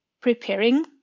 preparing